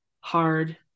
hard